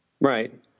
Right